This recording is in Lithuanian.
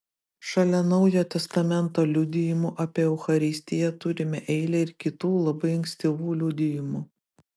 šalia naujo testamento liudijimų apie eucharistiją turime eilę ir kitų labai ankstyvų liudijimų